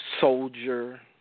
soldier